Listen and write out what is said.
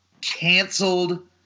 canceled